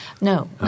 No